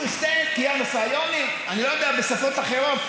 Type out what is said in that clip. Jewish State, (אומר בערבית: